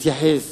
מתייחס